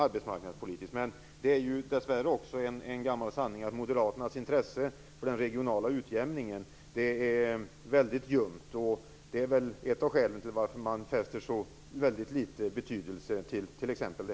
Men dessvärre är det också en gammal sanning att Moderaternas intresse för den regionala utjämningen är mycket ljumt. Det är väl ett av skälen till varför man fäster så liten betydelse vid det här beslutet.